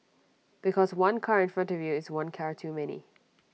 because one car in front of you is one car too many